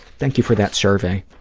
thank you for that survey,